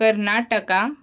Karnataka